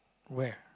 where